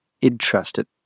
interested